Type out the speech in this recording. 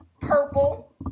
purple